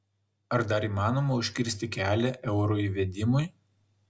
ar dar įmanoma užkirsti kelią euro įvedimui